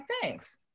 thanks